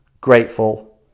grateful